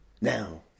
now